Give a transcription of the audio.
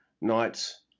nights